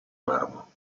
marmo